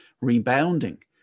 rebounding